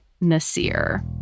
Nasir